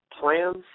plans